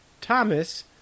Thomas